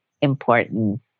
important